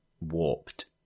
warped